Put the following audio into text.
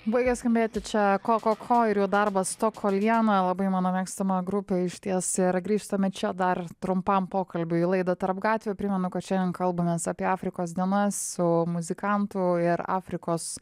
baigė skambėti čia ko ko ko ir jų darbas kol viena labai mano mėgstama grupė išties yra grįžtame čia dar trumpam pokalbiui į laidą tarp gatvių primenu kad šiandien kalbamės apie afrikos dienas su muzikantu ir afrikos